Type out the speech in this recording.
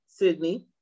Sydney